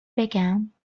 بگم